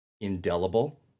indelible